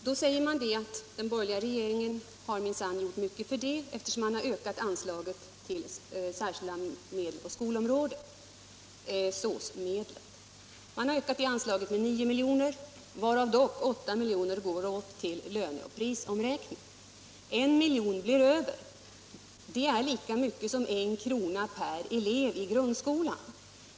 Då får man höra att den borgerliga regeringen minsann gjort mycket på det här området efter som man ökat anslaget till särskilda medel på skolområdet — SÅS-medlen. Man har ökat det anslaget med 9 milj.kr., varav dock 8 miljoner går åt till löne och prisomräkningar. En miljon blir över. Det är lika mycket som en krona per elev i grundskolan.